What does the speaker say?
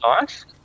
Nice